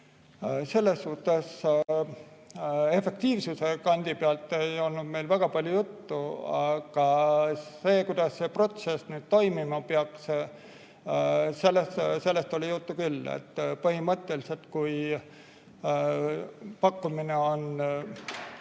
tehtud. Jah, efektiivsuse kandi pealt ei olnud meil väga palju juttu, aga see, kuidas see protsess nüüd toimima peaks, sellest oli juttu küll. Põhimõtteliselt, kui pakkumine on